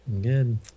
good